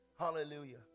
Hallelujah